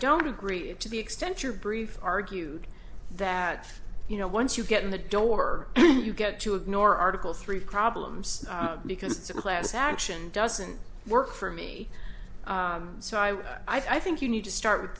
don't agree to the extent your brief argued that you know once you get in the don't or you get to ignore article three problems because it's a class action doesn't work for me so i i think you need to start with